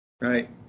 right